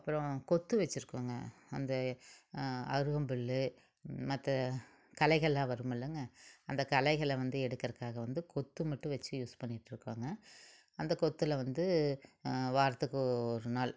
அப்புறம் கொத்து வச்சுருக்கோங்க அந்த அருகம்புல்லு மற்ற களைகளெலாம் வரும்முல்லங்க அந்த களைகளை வந்து எடுக்கிறதுக்காக வந்து கொத்து மட்டும் வச்சு யூஸ் பண்ணிகிட்டு இருக்கோங்க அந்த கொத்தில் வந்து வாரத்துக்கு ஒரு நாள்